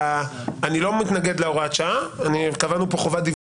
אני לא מתנגד להוראת השעה, קבענו פה חובת דיווח